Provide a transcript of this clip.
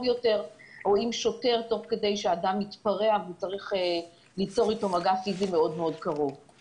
יותר או אם שוטר צריך ליזום מגע פיזי קרוב מאוד עם אדם שמתפרע.